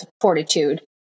fortitude